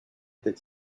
that